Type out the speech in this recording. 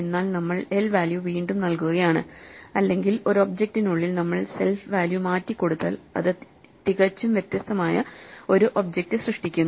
എന്നാൽ നമ്മൾ L value വീണ്ടും നൽകുകയാണ് അല്ലെങ്കിൽ ഒരു ഒബ്ജക്റ്റിനുള്ളിൽ നമ്മൾ സെൽഫ് വാല്യൂ മാറ്റി കൊടുത്താൽ അത് തികച്ചും വ്യത്യസ്തമായ ഒരു ഒബ്ജക്റ്റ് സൃഷ്ടിക്കുന്നു